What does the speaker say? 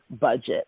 budget